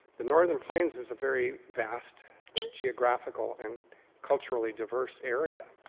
the northern plains is a very vast geographical and culturally diverse area.